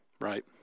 Right